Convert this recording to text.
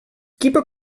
keeper